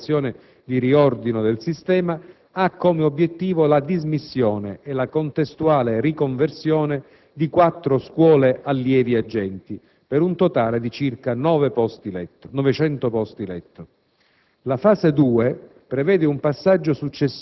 che costituisce il primo momento di questa generale operazione di riordino del sistema, ha come obiettivo la dismissione e la contestuale riconversione di quattro scuole allievi agenti, per un totale di circa 900 posti letto.